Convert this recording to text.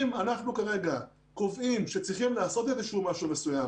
אם אנחנו כרגע קובעים שצריכים לעשות משהו מסוים